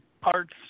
parts